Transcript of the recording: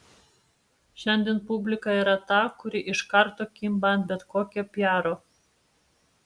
šiandien publika yra ta kuri iš karto kimba ant bet kokio piaro